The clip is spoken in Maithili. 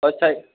ओ सर